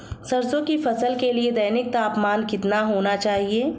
सरसों की फसल के लिए दैनिक तापमान कितना होना चाहिए?